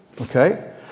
okay